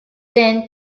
then